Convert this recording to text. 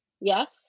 Yes